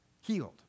healed